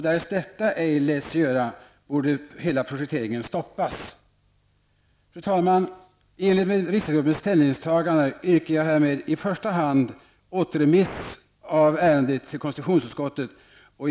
Därrest detta ej låter sig göras, borde hela projekteringen stoppas. Fru talman! I enlighet med riksdagsgruppens ställningstagande yrkar jag alltså i första hand att ärendet återremitteras till konstitutionsutskottet.